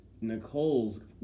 Nicole's